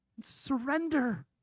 Surrender